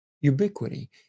ubiquity